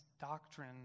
doctrine